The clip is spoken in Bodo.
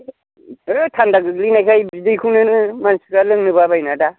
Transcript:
ओ थान्दा गोग्लैनायखाय बिदैखौनो मानसिफ्रा लोंनो बाबायना दा